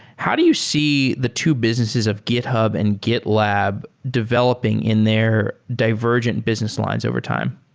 how do you see the two businesses of github and gitlab developing in their divergent business lines over time?